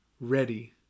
ready